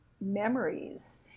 memories